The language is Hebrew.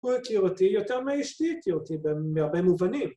‫הוא הכיר אותי, יותר מאשתי הכיר אותי בהרבה מובנים.